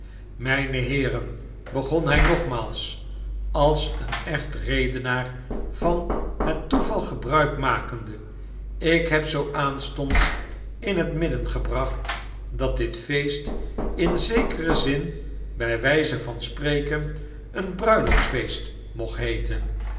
myne heeren begon hy nogmaals als een echte redenaar van hettoevalgebruikmakende ik heb zoo aanstonds in het midden gebracht dat dit feest in zekeren zin en by wyze van spreken een bruiloftsfeest mocht heeten